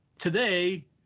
Today